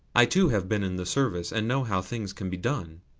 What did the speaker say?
i too have been in the service, and know how things can be done.